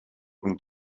und